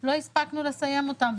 לא הספקנו לסיים אותם.